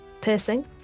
piercing